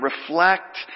reflect